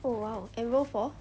oh !wow! enrol for